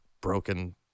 broken